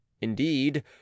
indeed